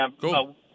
Cool